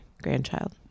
grandchild